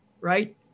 right